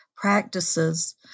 practices